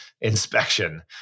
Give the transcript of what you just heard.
inspection